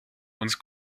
uns